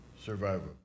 survival